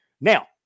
Now